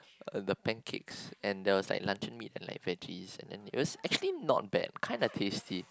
the pancakes and the side luncheon meat and like veggies and then it was actually not bad kind of tasty